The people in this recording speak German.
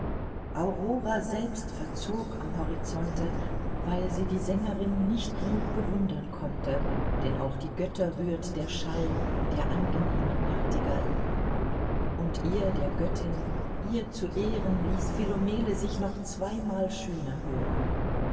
aurora selbst verzog am horizonte weil sie die sängerin nicht gnug bewundern konnte denn auch die götter rührt der schall der angenehmen nachtigall und ihr der göttin ihr zu ehren ließ philomele sich noch zweimal schöner hören